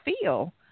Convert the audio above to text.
feel